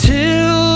Till